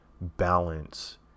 balance